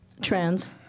trans